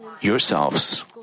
yourselves